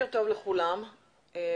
שלום לכולם,